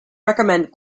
recommend